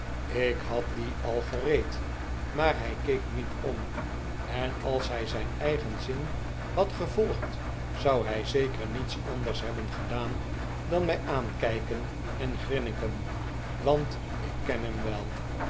ik had dien al gereed maar hij keek niet om en als hij zijn eigen zin had gevolgd zou hij zeker niets anders hebben gedaan dan mij aankijken en grinniken want ik ken hem wel